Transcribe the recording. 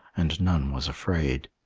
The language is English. and none was afraid.